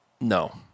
no